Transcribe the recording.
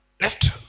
left